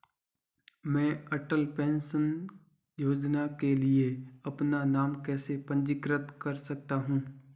मैं अटल पेंशन योजना के लिए अपना नाम कैसे पंजीकृत कर सकता हूं?